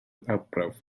arbrawf